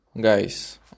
guys